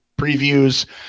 previews